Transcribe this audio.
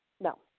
No